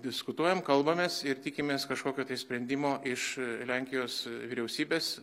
diskutuojam kalbamės ir tikimės kažkokio tai sprendimo iš lenkijos vyriausybės